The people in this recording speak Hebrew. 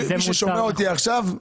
מי ששומע אותי עכשיו,